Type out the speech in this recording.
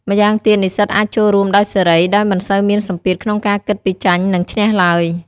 ម្យ៉ាងទៀត និស្សិតអាចចូលរួមដោយសេរី ដោយមិនសូវមានសម្ពាធក្នុងការគិតពីចាញ់ និងឈ្នះឡើយ។